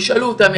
אם ישאלו אותם,